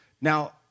Now